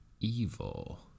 evil